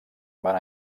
van